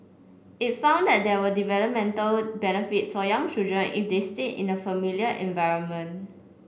it found that there were developmental benefits for young children if they stay in a familiar environment